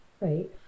right